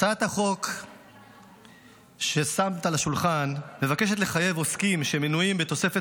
הצעת החוק ששמת על השולחן מבקשת לחייב עוסקים שמנויים בתוספת